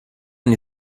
nie